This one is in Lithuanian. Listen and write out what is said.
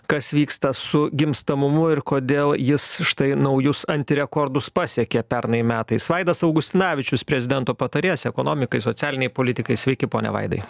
kas vyksta su gimstamumu ir kodėl jis štai naujus antirekordus pasiekė pernai metais vaidas augustinavičius prezidento patarėjas ekonomikai socialinei politikai sveiki pone vaidai